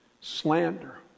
slander